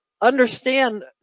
understand